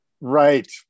Right